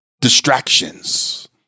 distractions